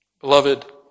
Beloved